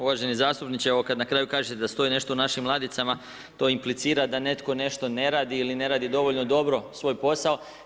Uvaženi zastupniče, evo kada na kraju kažete da stoji nešto u našim ladicama to implicira da netko nešto ne radi ili ne radi dovoljno dobro svoj posao.